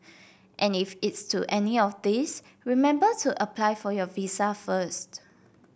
and if it's to any of these remember to apply for your visa first